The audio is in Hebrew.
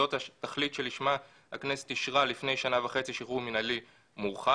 זאת התכלית שלשמה הכנסת אישרה לפני שנה וחצי שחרור מינהלי מורחב.